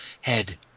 head